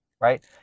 right